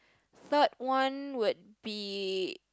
third one would be